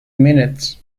minutes